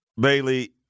Bailey